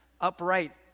upright